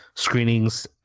screenings